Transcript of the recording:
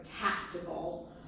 tactical